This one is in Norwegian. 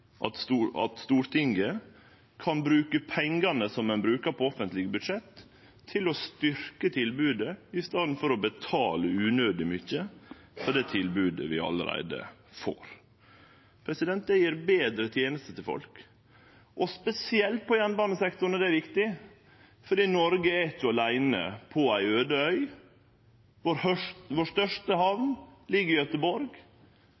at Stortinget kan bruke pengane som ein bruker på offentlege budsjett, til å styrkje tilbodet, i staden for å betale unødig mykje for det tilbodet vi allereie får. Det gjev betre tenester til folk. Spesielt på jernbanesektoren er det viktig, for Noreg er ikkje åleine på ei aude øy. Vår største